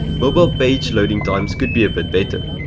mobile page loading times could be a bit better.